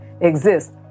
exist